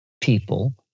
people